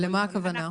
למה הכוונה?